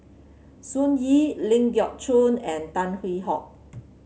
Sun Yee Ling Geok Choon and Tan Hwee Hock